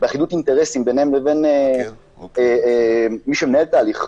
באחידות אינטרסים ביניהם לבין מי שמנהל את ההליך,